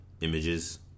images